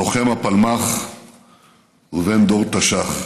לוחם הפלמ"ח ובן דור תש"ח.